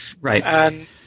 right